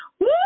Woo